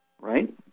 right